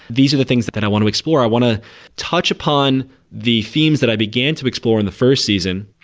these are the things that that i want to explore i want to touch upon the themes that i began to explore in the first season,